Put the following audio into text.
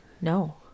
No